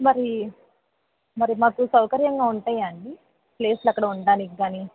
మరి మరి మాకు సౌకర్యంగా ఉంటాయా అండి ప్లేస్లు అక్కడ ఉండటానికి కానీ